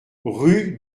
rue